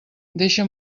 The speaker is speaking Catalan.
deixa